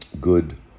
good